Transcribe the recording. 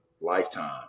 Lifetime